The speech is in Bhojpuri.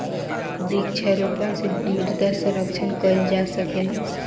वृक्षारोपण से मृदा संरक्षण कईल जा सकेला